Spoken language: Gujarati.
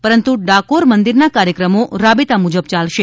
પરંતુ ડાકોર મંદિરના કાર્યક્રમો રાબેતા મુજબ યાલશે